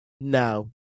No